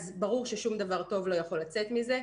ברור ששום דבר טוב לא יכול לצאת מזה.